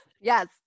Yes